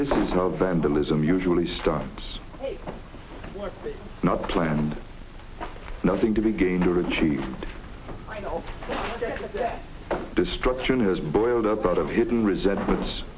stuff it's not planned nothing to be gained or achieve destruction has boiled up out of hidden resentments